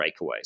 breakaways